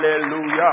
Hallelujah